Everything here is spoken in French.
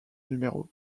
numéro